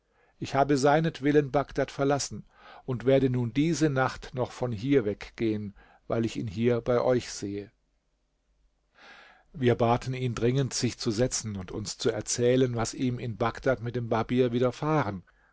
ich habe seinetwillen bagdad verlassen und werde nun diese nacht noch von hier weggehen weil ich ihn hier bei euch sehe wir baten ihn dringend sich zu setzen und uns zu erzählen was ihm in bagdad mit dem barbier widerfahren